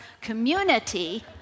community